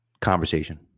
conversation